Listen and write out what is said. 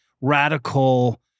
radical